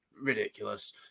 ridiculous